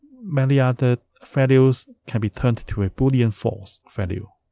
many other values can be turned to a boolean false value